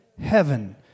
heaven